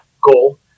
goal